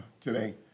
today